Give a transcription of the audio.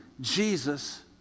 Jesus